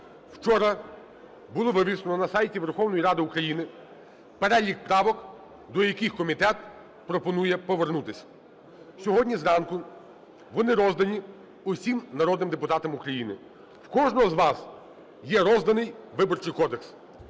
вчора було вивішено на сайті Верховної Ради України перелік правок, до яких комітет пропонує повернутися. Сьогодні зранку вони роздані усім народним депутатам України. В кожного з вас є розданий Виборчий кодекс.